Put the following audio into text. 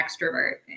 extrovert